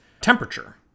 temperature